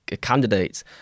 candidates